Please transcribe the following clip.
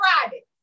Friday